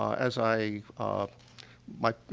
as i, ah my you